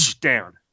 down